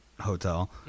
hotel